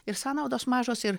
ir sąnaudos mažos ir